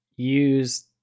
use